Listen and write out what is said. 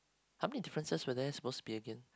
how many differences were there supposed to be again